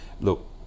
look